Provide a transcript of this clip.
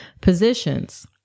positions